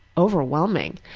overwhelming.